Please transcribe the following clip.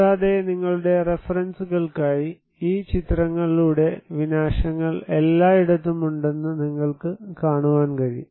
കൂടാതെ നിങ്ങളുടെ റഫറൻസുകൾക്കായി ഈ ചിത്രങ്ങളിലൂടെ വിനാശങ്ങൾ എല്ലായിടത്തും ഉണ്ടെന്ന് നിങ്ങൾക്ക് കാണാൻ കഴിയും